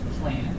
plan